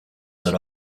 set